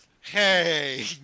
Hey